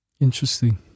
interesting